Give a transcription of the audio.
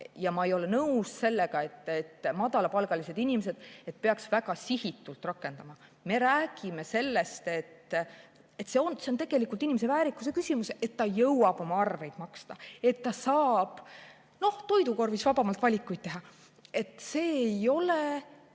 [mida räägitakse,] et madalapalgalised inimesed ja et peaks väga sihitult rakendama. Me räägime sellest, et see on tegelikult inimese väärikuse küsimus, et ta jõuab oma arveid maksta, et ta saab toidukorvis vabamalt valikuid teha, et see ei ole